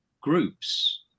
groups